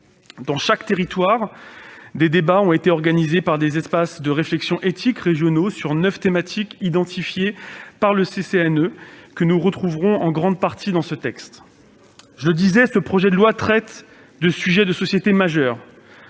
Dans chaque territoire, des débats ont été organisés par des espaces de réflexion éthique régionaux autour de neuf thématiques identifiées par le CCNE. Nous les retrouvons, en grande partie, dans ce texte. Ce projet de loi, je le répète, traite de sujets de société majeurs.